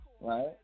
right